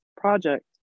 project